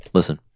Listen